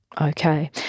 Okay